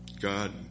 God